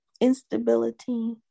instability